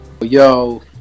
yo